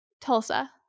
tulsa